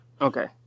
Okay